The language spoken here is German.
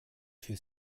für